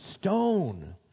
stone